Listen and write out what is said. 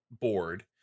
board